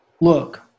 Look